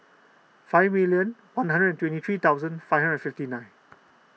five million one hundred and twenty three thousand five hundred and fifty nine